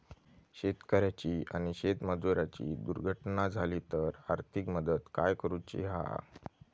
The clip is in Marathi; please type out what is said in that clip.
शेतकऱ्याची आणि शेतमजुराची दुर्घटना झाली तर आर्थिक मदत काय करूची हा?